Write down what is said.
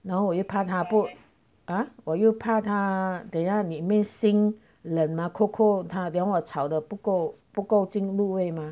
然后我就怕他不啊我又怕他等下里面 sing 冷吗 cold cold then 我抄的不够不够金入味吗